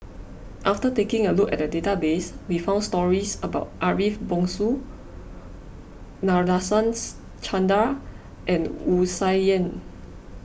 after taking a look at the database we found stories about Ariff Bongso Nadasen's Chandra and Wu Tsai Yen